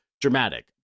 dramatic